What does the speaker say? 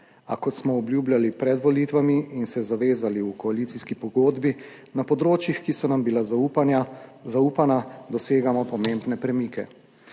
a kot smo obljubljali pred volitvami in se zavezali v koalicijski pogodbi, na področjih, ki so nam bila zaupana, dosegamo pomembne premike.